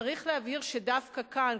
צריך להבהיר שדווקא כאן,